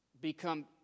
become